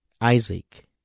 Isaac